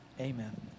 amen